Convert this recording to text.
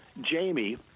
Jamie